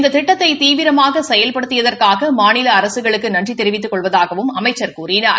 இந்த திட்டத்தை தீவிரமாக செயல்படுத்தியதற்காக மாநில அரசுகளுக்கு நன்றி தெரிவித்துக் கொள்வதாகவும் அமைச்சர் கூறினார்